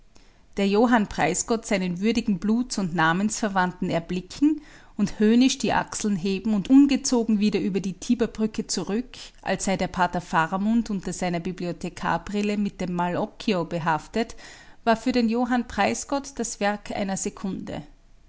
der johann preisgott seinen würdigen bluts und namensverwandten erblicken und höhnisch die achseln heben und ungezogen wieder über die tiberbrücke zurück als sei der pater faramund unter seiner bibliothekar brille mit dem mal occhio behaftet war für den johann preisgott das werk einer sekunde